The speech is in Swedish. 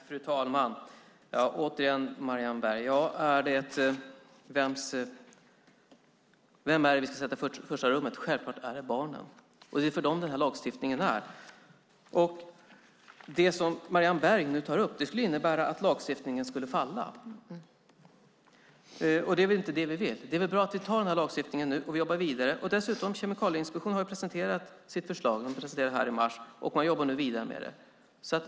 Fru talman! Återigen, Marianne Berg: Vem ska vi sätta i första rummet? Det är självklart barnen. Lagstiftningen är till för dem. Det som Marianne Berg nu tar upp skulle innebära att lagstiftningen faller, och det är inte det vi vill. Det är bra att vi antar den här lagstiftningen nu, och vi jobbar vidare. Dessutom har Kemikalieinspektionen presenterat sitt förslag - de gjorde det i mars - och man jobbar nu vidare med det.